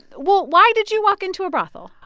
well, why did you walk into a brothel?